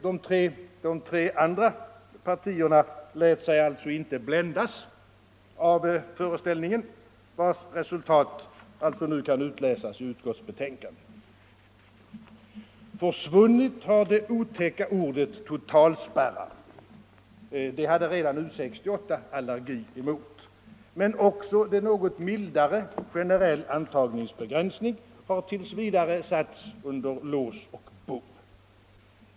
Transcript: De tre andra partierna lät sig emellertid inte bländas av föreställningen, vars resultat alltså nu kan utläsas i betänkandet. Försvunnit har det otäcka ordet ”totalspärrar” — det hade redan U 68 allergi mot. Men också det något mildare uttrycket ”generell antagningsbegränsning” har t. v. satts inom lås och bom.